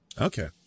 Okay